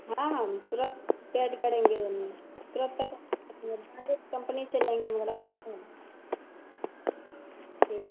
हाँ हाँ मतलब पेड करेंगे तुरन्त पैसा पेड करेंगे ब्राण्डेड कम्पनी से लेंगे ठीक है